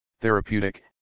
therapeutic